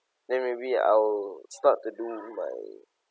then maybe I'll start to do my